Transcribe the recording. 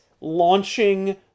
launching